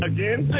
Again